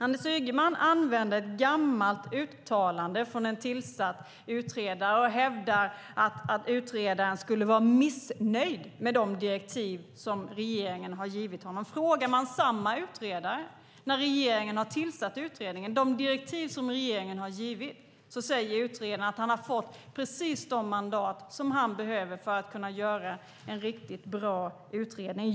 Anders Ygeman använder ett gammalt uttalande från en utredare och hävdar att utredaren skulle vara missnöjd med de direktiv som regeringen har givit honom. Samma utredare säger att de direktiv som regeringen gav när utredningen tillsattes har gett honom precis de mandat han behöver för att göra en bra utredning.